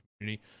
community